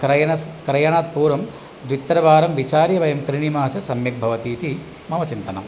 क्रयणात् पूर्वं द्वित्रिवारं विचार्य वयं क्रीणिमः चेत् सम्यक् भवति इति मम चिन्तनम्